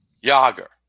Yager